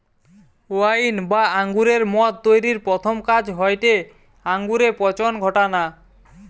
wine বা আঙুরের মদ তৈরির প্রথম কাজ হয়টে আঙুরে পচন ঘটানা